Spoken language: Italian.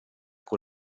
con